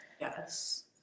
Yes